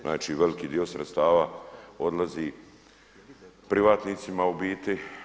Znači veliki dio sredstava odlazi privatnicima u biti.